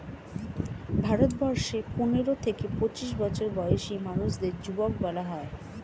ভারতবর্ষে পনেরো থেকে পঁচিশ বছর বয়সী মানুষদের যুবক বলা হয়